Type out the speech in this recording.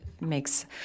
makes